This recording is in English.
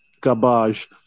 garbage